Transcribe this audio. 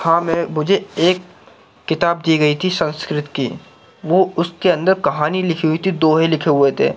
ہاں میں مجھے ایک کتاب دی گئی تھی سنسکرت کی وہ اس کے اندر کہانی لکھی ہوئی تھی دوہے لکھے ہوئے تھے